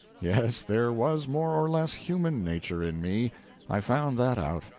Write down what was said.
yes, there was more or less human nature in me i found that out.